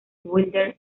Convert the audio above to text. wilder